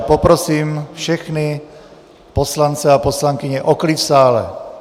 Poprosím všechny poslance a poslankyně o klid v sále.